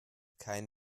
keine